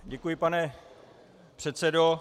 Děkuji, pane předsedo.